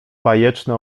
bajeczne